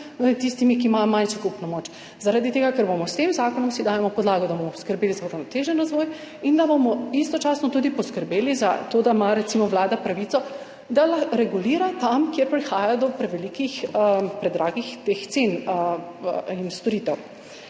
tistimi, ki imajo manjšo kupno moč. Zaradi tega si s tem zakonom dajemo podlago, da bomo skrbeli za uravnotežen razvoj in da bomo istočasno tudi poskrbeli za to, da ima Vlada pravico, da regulira tam, kjer prihaja do previsokih cen storitev.